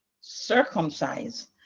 circumcise